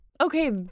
okay